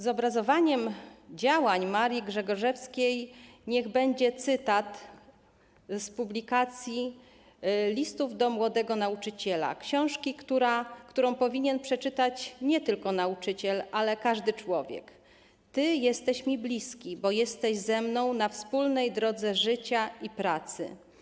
Zobrazowaniem działań Marii Grzegorzewskiej niech będzie cytat z „Listów do młodego nauczyciela”, publikacji, książki, którą powinien przeczytać nie tylko nauczyciel, ale każdy człowiek: Ty jesteś mi bliski, bo jesteś ze mną na wspólnej drodze życia i pracy.